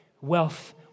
Wealth